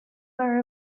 are